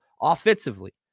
offensively